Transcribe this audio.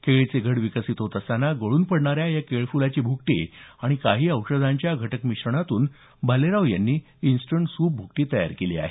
केळीचे घड विकसीत होत असताना गळून पडणाऱ्या केळफुलाची भुकटी आणि काही औषधी घटकांच्या मिश्रणातून भालेराव यांनी इन्स्टंट सूप भुकटी तयार केली आहे